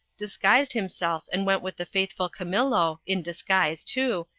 disguised himself, and went with the faithful camillo, in disguise too,